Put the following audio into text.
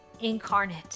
incarnate